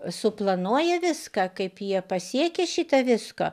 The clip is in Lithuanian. suplanuoja viską kaip jie pasiekia šitą viską